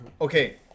okay